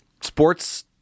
sports